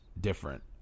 different